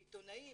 עיתונאים,